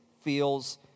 feels